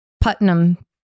Putnam